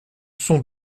sont